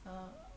err